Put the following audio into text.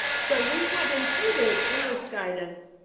so, we have included in this guidance,